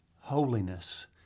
holiness